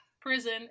prison